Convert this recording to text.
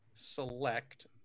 select